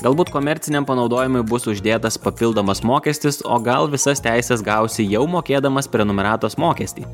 galbūt komerciniam panaudojimui bus uždėtas papildomas mokestis o gal visas teises gausi jau mokėdamas prenumeratos mokestį